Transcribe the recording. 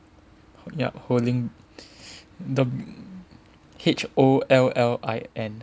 yup Hollin the H O L L I N